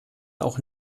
auch